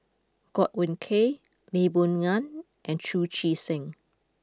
Godwin Koay Lee Boon Ngan and Chu Chee Seng